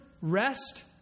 rest